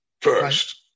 first